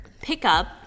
pickup